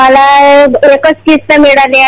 मला एकच किश्त मिळाली आहे